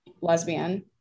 lesbian